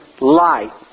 light